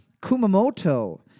Kumamoto